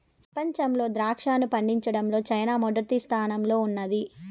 ప్రపంచంలో ద్రాక్షను పండించడంలో చైనా మొదటి స్థానంలో ఉన్నాది